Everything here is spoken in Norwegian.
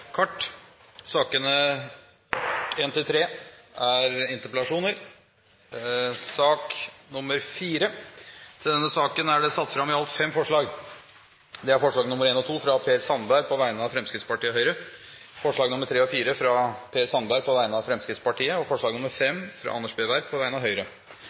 kart. Under debatten er det satt fram i alt fem forslag. Det er forslagene nr. 1 og 2, fra Per Sandberg på vegne av Fremskrittspartiet og Høyre forslagene nr. 3 og 4, fra Per Sandberg på vegne av Fremskrittspartiet forslag nr. 5, fra Anders B. Werp på vegne av Høyre